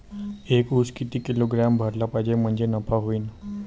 एक उस किती किलोग्रॅम भरला पाहिजे म्हणजे नफा होईन?